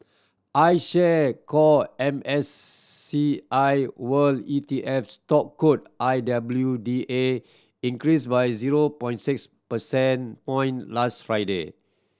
I Share Core M S C I World E T F stock code I W D A increased by zero point six percent point last Friday